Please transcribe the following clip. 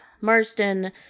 Marston